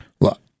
Look